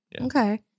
Okay